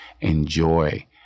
enjoy